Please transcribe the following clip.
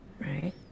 right